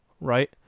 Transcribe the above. right